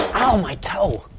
ow, my toe.